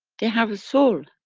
they have a soul.